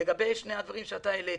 לגבי שני הדברים שהעלית: